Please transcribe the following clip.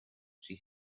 she